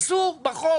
שאסור בחוק